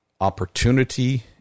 opportunity